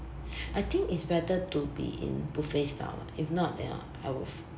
I think it's better to be in buffet style lah if not ya I will